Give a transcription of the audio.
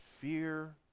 fear